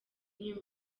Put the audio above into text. niyo